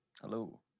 hello